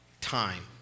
time